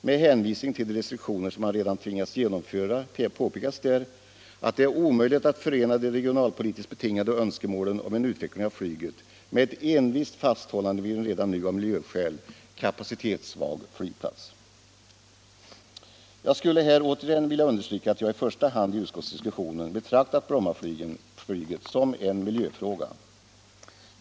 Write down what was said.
Med hänvisning till de restriktioner som man redan tvingats genomföra påpekas där att det är omöjligt att förena de regionalpolitiskt betingade önskemålen om en utveckling av flyget med ett envist fasthållande vid en redan nu av miljöskäl kapacitetssvag flygplats. Jag skulle här återigen vilja understryka att jag i första hand i utskottsdiskussionen betraktat Brommaflyget som en miljöfråga.